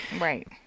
right